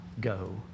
go